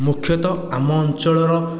ମୁଖ୍ୟତଃ ଆମ ଅଞ୍ଚଳର